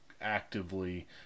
actively